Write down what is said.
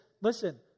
Listen